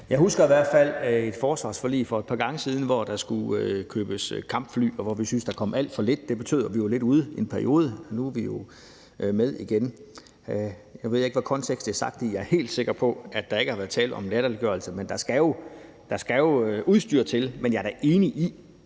(KF): Jeg husker i hvert fald et forsvarsforlig for et par gange siden, hvor der skulle købes kampfly, og hvor vi syntes, der kom alt for lidt. Det betød, at vi var lidt ude i en periode. Nu er vi jo med igen. Nu ved jeg ikke, hvilken kontekst det er sagt i. Jeg er helt sikker på, at der ikke har været tale om en latterliggørelse, men der skal jo udstyr til. Men jeg er da enig i,